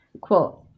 Quote